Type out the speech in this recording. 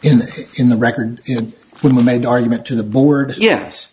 the in the record when we made the argument to the board yes